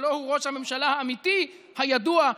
הלוא הוא ראש הממשלה האמיתי הידוע,